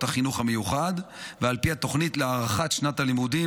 החינוך המיוחד ועל פי התוכנית להארכת שנת הלימודים,